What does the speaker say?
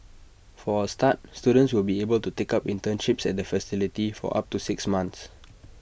for A start students will be able to take up internships at the facility for up to six months